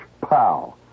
pow